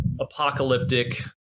apocalyptic